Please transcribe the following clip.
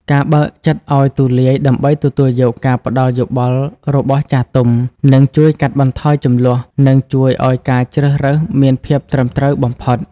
ការបើកចិត្តឱ្យទូលាយដើម្បីទទួលយកការផ្ដល់យោបល់របស់ចាស់ទុំ នឹងជួយកាត់បន្ថយជម្លោះ និងជួយឱ្យការជ្រើសរើសមានភាពត្រឹមត្រូវបំផុត។